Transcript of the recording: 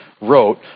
wrote